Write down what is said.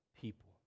people